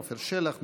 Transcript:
עפר שלח,